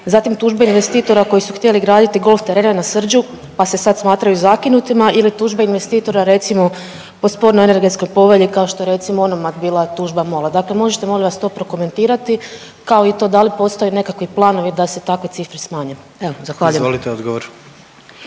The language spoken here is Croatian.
zatim tužbe investitora koji su htjeli graditi golf terene na Srđu pa se sad smatraju zakinutima ili tužbe investitora recimo po spornoj energetskoj povelji kao što je recimo onomad bila tužba MOL-a. Dakle, možete to molim vas to prokomentirati kao i to da li postoje nekakvi planovi da se takve cifre smanje? Evo zahvaljujem. **Jandroković,